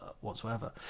whatsoever